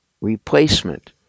replacement